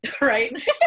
right